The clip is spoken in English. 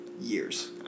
years